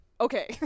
okay